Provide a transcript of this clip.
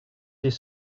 des